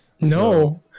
no